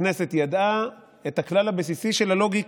הכנסת ידעה את הכלל הבסיסי של הלוגיקה,